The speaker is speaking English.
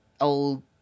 old